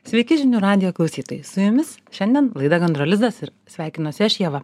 sveiki žinių radijo klausytojai su jumis šiandien laida gandro lizdas ir sveikinuosi aš ieva